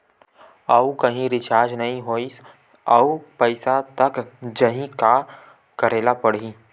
आऊ कहीं रिचार्ज नई होइस आऊ पईसा कत जहीं का करेला पढाही?